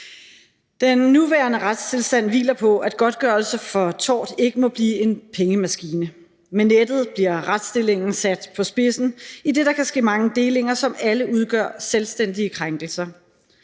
Den nuværende retstilstand hviler på, at godtgørelse for tort ikke må blive en pengemaskine. Med nettet bliver retsstillingen sat på spidsen, idet der kan ske mange delinger, som alle udgør selvstændige krænkelser.